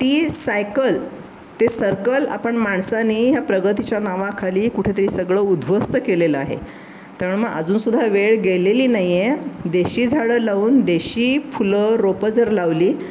ती सायकल ते सर्कल आपण माणसांनी ह्या प्रगतीच्या नावाखाली कुठेतरी सगळं उद्ध्वस्त केलेलं आहे त्यामुळे मग अजून सुद्धा वेळ गेलेली नाही आहे देशी झाडं लावून देशी फुलं रोपं जर लावली